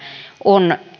on